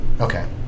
Okay